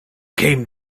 came